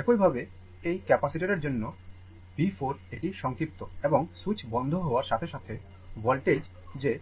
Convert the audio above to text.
একইভাবে এই ক্যাপাসিটারের জন্য ও V 4 এটি সংক্ষিপ্ত এবং সুইচ বন্ধ হওয়ার সাথে সাথে voltage যে